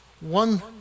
one